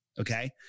Okay